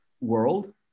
world